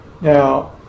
Now